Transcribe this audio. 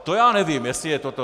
To já nevím, jestli je toto.